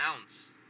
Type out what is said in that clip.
ounce